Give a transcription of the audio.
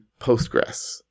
Postgres